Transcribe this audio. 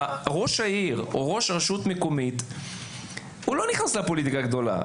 ראש העיר או ראש רשות מקומית הוא לא נכנס לפוליטיקה גדולה,